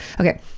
Okay